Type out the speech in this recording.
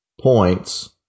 points